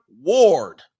Ward